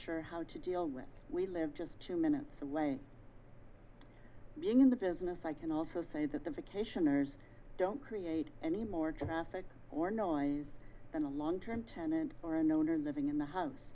sure how to deal with we live just two minutes away being in the business i can also say that the vacationers don't create any more traffic or noise than a long term tenant or an owner living in the house